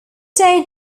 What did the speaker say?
day